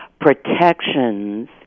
protections